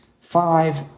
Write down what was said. five